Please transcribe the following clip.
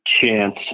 chance